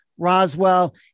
Roswell